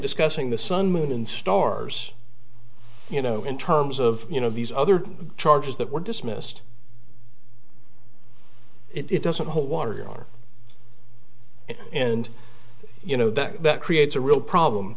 discussing the sun moon and stars you know in terms of you know these other charges that were dismissed it doesn't hold water and you know that that creates a real problem